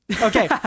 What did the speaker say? Okay